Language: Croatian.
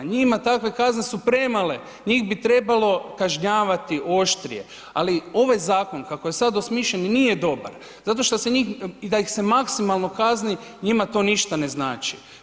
Njima takve kazne su premale, njih bi trebalo kažnjavati oštrije, ali ovaj zakon kako je sada smišljen nije dobar zato što se njih i da ih maksimalno kazni, njima to ništa ne znači.